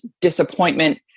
disappointment